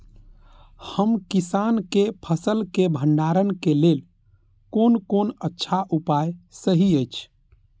हम किसानके फसल के भंडारण के लेल कोन कोन अच्छा उपाय सहि अछि?